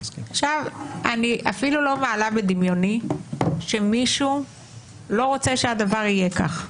אני אפילו לא מעלה בדמיוני שמישהו לא רוצה שהדבר יהיה כך.